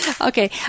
Okay